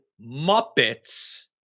Muppets